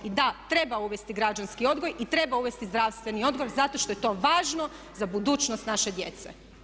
I da treba uvesti građanski odgoj i treba uvesti zdravstveni odgoj zato što je to važno za budućnost naše djece.